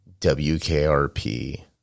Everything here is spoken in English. WKRP